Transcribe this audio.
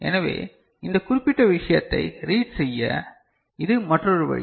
எனவே இந்த குறிப்பிட்ட விஷயத்தைப் ரீட் செய்ய இது மற்றொரு வழி